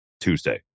Tuesday